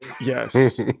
Yes